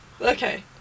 Okay